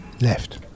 Left